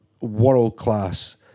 world-class